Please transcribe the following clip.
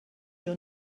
your